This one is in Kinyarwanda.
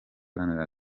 iharanira